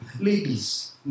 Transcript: Ladies